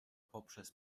poprzez